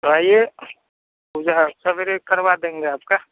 तो आइए पूजा सवेरे करवा देंगे आपकी